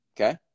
Okay